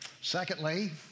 Secondly